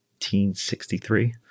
1863